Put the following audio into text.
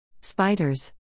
Spiders